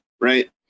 right